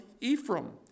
Ephraim